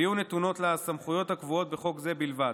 ויהיו נתונות לה הסמכויות הקבועות בחוק זה בלבד.